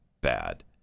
bad